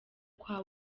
kwa